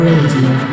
Radio